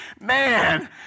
Man